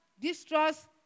distrust